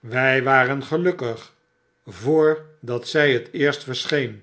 wij waren gelukkig voor dat zij het eerst verscheen